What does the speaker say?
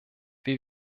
wir